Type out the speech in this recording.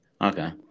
Okay